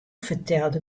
fertelde